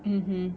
mmhmm